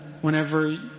whenever